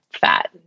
fat